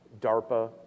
DARPA